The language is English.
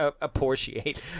appreciate